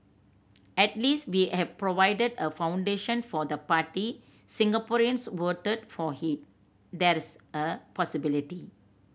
at least we have provided a foundation for the party Singaporeans voted for he there's a possibility